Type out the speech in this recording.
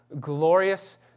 glorious